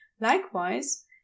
Likewise